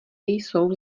jsou